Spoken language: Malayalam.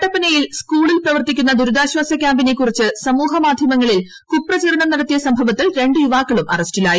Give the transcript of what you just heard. കട്ടപ്പനയിൽ സ്കൂളിൽ പ്രവർത്തിക്കുന്ന ദുരിതാശ്വാസ കൃാംപിനെക്കുറിച്ച് സമൂഹമാധൃമങ്ങളിൽ കുപ്രചാരണം നടത്തിയ സംഭവങ്ങളിൽ ര ു യുവാക്കളും അറസ്റ്റിലായി